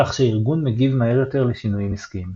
כך שהארגון מגיב מהר יותר לשינויים עסקיים.